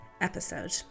episode